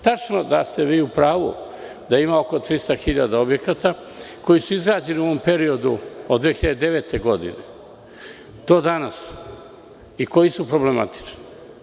Tačno da ste vi u pravu da ima oko 300.000 objekata koji su izgrađeni u ovom periodu od 2009. godine do danas i koji su problematični.